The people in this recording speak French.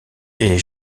est